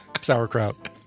sauerkraut